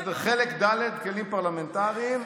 חלק ד' כלים פרלמנטריים,